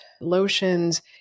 lotions